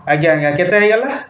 ଆଜ୍ଞା ଆଜ୍ଞା କେତେ ହେଇଗଲା